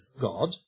God